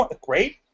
great